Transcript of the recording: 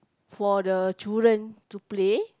for the children to play